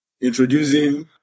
introducing